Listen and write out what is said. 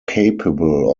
capable